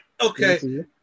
Okay